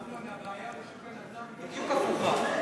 אמנון, הבעיה בשוק הנדל"ן בדיוק הפוכה.